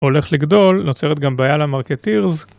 הולך לגדול, נוצרת גם בעיה למרקטירס